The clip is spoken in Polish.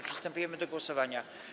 Przystępujemy do głosowania.